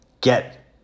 get